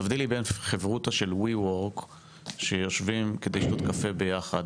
תבדילי בין חברותא של WeWork שיושבים כדי לשתות קפה ביחד,